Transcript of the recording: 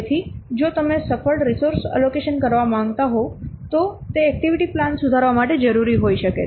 તેથી જો તમે સફળ રિસોર્સ એલોકેશન કરવા માંગતા હો તે એક્ટિવિટી પ્લાન સુધારવા માટે જરૂરી હોઈ શકે છે